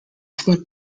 flood